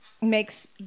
Makes